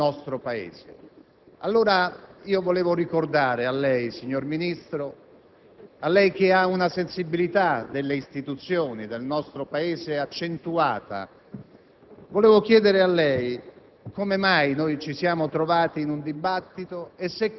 e se oggi, in questo momento, stiamo parlando è soltanto perché la sensibilità del Presidente, non il diritto di quest'Aula di discutere, ci concede la possibilità di interloquire sui problemi del nostro Paese.